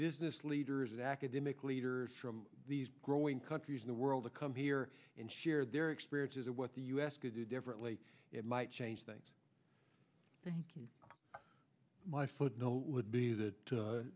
business leaders academic leaders from these growing countries in the world to come here and share their experiences of what the u s could do differently it might change things my footnote would be that